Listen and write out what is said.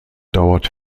dauert